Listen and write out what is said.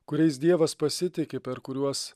kuriais dievas pasitiki per kuriuos